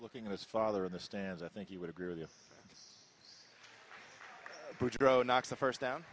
looking at his father in the stands i think you would agree with you grow knocks the first down